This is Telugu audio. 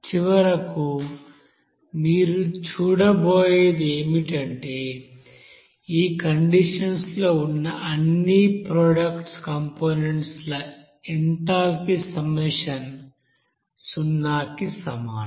చివరకు మీరు చూడబోయేది ఏమిటంటే ఈ కండిషన్ లో ఉన్న అన్ని ప్రోడక్ట్ కంపొనెంట్స్ ల ఎంథాల్పీ సమ్మషన్ సున్నాకి సమానం